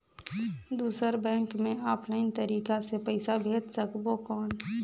दुसर बैंक मे ऑफलाइन तरीका से पइसा भेज सकबो कौन?